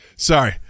Sorry